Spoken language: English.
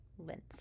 length